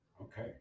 Okay